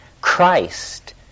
Christ